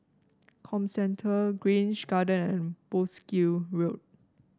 Comcentre Grange Garden and Wolskel Road